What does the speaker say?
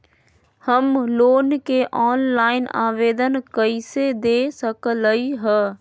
हम लोन के ऑनलाइन आवेदन कईसे दे सकलई ह?